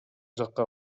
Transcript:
жакка